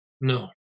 no